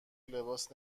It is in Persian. لباس